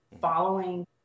following